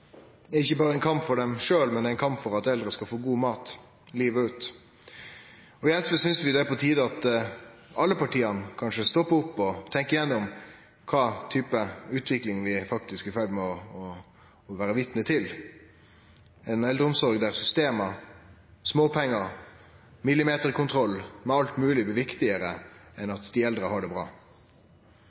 kamp er ikkje berre ein kamp for dei sjølve, men ein kamp for at eldre skal få god mat livet ut. I SV synest vi det er på tide at alle partia stoppar opp og tenkjer gjennom kva type utvikling vi er i ferd med å bli vitne til, ei eldreomsorg der systema, småpengar og millimeterkontroll med alt mogleg blir viktigare enn at dei eldre har det bra.